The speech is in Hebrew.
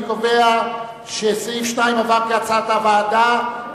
אני קובע שסעיף 2 עבר כהצעת הוועדה,